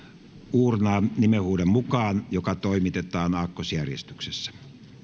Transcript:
uurnaan nimenhuudon mukaan joka toimitetaan aakkosjärjestyksessä